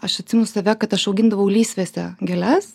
aš atsimenu save kad aš augindavau lysvėse gėles